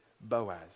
boaz